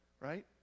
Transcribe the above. right